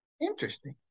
Interesting